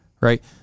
right